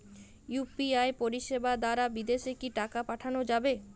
UPI পরিষেবা দারা বিদেশে কি টাকা পাঠানো যাবে?